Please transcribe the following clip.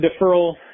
deferral